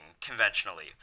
conventionally